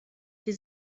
die